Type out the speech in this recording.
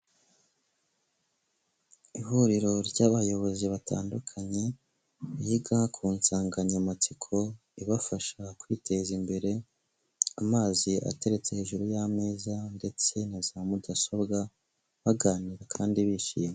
Ihuriro ry'abayobozi batandukanye biga ku nsanganyamatsiko ibafasha kwiteza imbere, amazi ateretse hejuru y'ameza ndetse na za mudasobwa, baganira kandi bishimye.